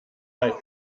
bei